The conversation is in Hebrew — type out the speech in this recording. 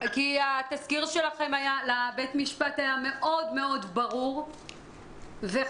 כי התסקיר שלכם לבית המשפט היה מאוד מאוד ברור וחשוב.